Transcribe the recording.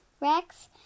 rex